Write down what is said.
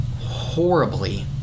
horribly